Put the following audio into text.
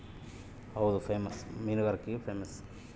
ದಕ್ಷಿಣ ಭಾರತುದ್ ಟುಟಿಕೋರ್ನ್ ಅಂಬಾದು ಮುತ್ತು ಮೀನುಗಾರಿಕ್ಗೆ ಪೇಮಸ್ಸು